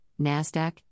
Nasdaq